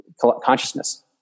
consciousness